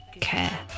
care